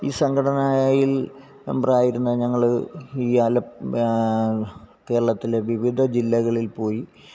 ഈ സംഘടനയില് മെംബറായിരുന്ന ഞങ്ങള് ഈ ആലപ് കേരളത്തിലെ വിവിധ ജില്ലകളില് പോയി